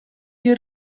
più